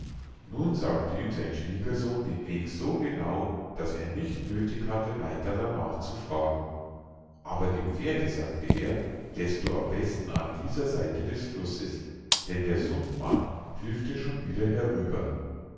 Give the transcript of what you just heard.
nun sagte ihm sein schwiegersohn den weg so genau daß er nicht nöthig hatte weiter darnach zu fragen aber die pferde sagte er lässt du am besten an dieser seite des flusses denn der sundmann hilft dir schon wieder herüber